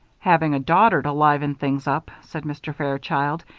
having a daughter to liven things up, said mr. fairchild,